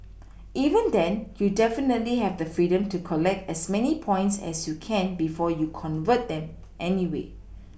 even then you definitely have the freedom to collect as many points as you can before you convert them anyway